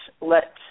let